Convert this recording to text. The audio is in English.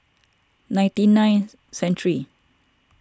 ninety nine century